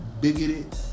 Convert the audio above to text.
bigoted